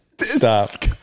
Stop